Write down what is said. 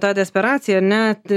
tą desperaciją ar ne t